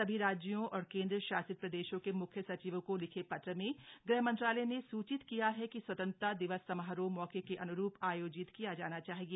सभी राज्यों और केंद्र शासित प्रदेशों के मुख्य सचिवों को लिखे पत्र में ग़ह मंत्रालय ने सूचित किया है कि स्वतंत्रता दिवस समारोह मौके के अन्रूप आयोजित किया जाना चाहिए